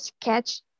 catch